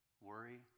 worry